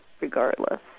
regardless